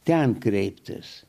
ten kreiptis